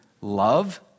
love